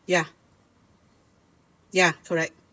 ya ya correct